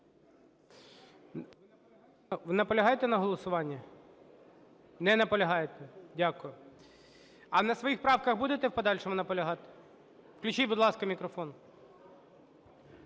Ви наполягаєте на голосуванні? Не наполягаєте? Дякую. А на своїх правках будете в подальшому наполягати? Включіть, будь ласка, мікрофон.